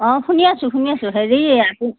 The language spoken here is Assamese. অঁ শুনি আছো শুনি আছো হেৰি আপু